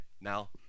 Now